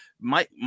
Mike